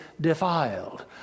defiled